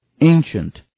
ancient